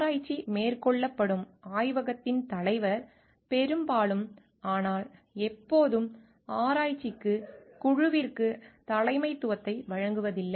ஆராய்ச்சி மேற்கொள்ளப்படும் ஆய்வகத்தின் தலைவர் பெரும்பாலும் ஆனால் எப்போதும் ஆராய்ச்சி குழுவிற்கு தலைமைத்துவத்தை வழங்குவதில்லை